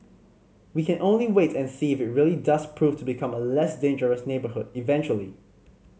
we can only wait and see if really does prove to become a less dangerous neighbourhood eventually